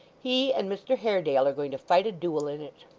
he and mr haredale are going to fight a duel in it